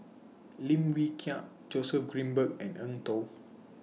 Lim Wee Kiak Joseph Grimberg and Eng Tow